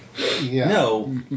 No